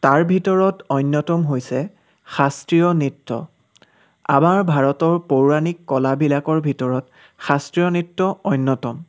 তাৰ ভিতৰত অন্যতম হৈছে শাস্ত্ৰীয় নৃত্য আমাৰ ভাৰতৰ পৌৰাণিক কলাবিলাকৰ ভিতৰত শাস্ত্ৰীয় নৃত্য অন্যতম